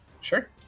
Sure